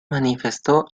manifestó